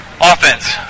offense